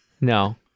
No